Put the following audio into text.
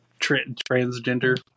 transgender